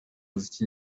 muziki